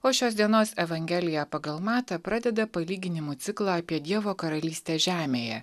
o šios dienos evangeliją pagal matą pradeda palyginimų ciklą apie dievo karalystę žemėje